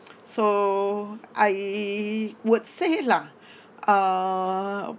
so I would say lah err